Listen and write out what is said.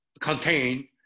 contain